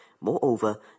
Moreover